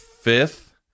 fifth